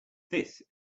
this